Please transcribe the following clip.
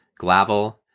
Glavel